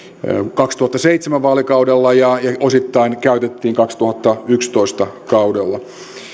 kaksituhattaseitsemän vaalikaudella ja osittain käytettiin kaksituhattayksitoista kaudella